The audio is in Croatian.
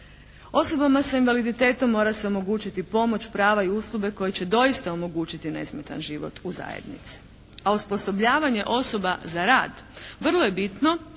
Osobama sa invaliditetom mora se omogućiti pomoć, prava i usluge koje će doista omogućiti nesmetan život u zajednici a osposobljavanje osoba za rad vrlo je bitno